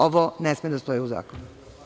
Ovo ne sme da stoji u zakonu.